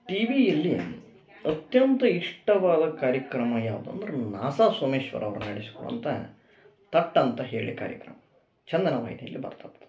ಟೀವಿಯಲ್ಲಿ ಅತ್ಯಂತ ಇಷ್ಟವಾದ ಕಾರ್ಯಕ್ರಮ ಯಾವುದು ಅಂದ್ರೆ ನಾ ಸ ಸೋಮೇಶ್ವರ ಅವ್ರು ನಡೆಸಿಕೊಡುವಂಥ ಥಟ್ ಅಂತ ಹೇಳಿ ಕಾರ್ಯಕ್ರಮ ಚಂದನ ವಾಹಿನಿಯಲ್ಲಿ ಬರ್ತದೆ ಅದು